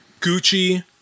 Gucci